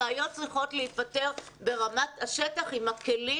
הבעיות צריכות להיפתר ברמת השטח עם הכלים